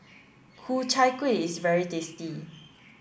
Ku Chai Kuih is very tasty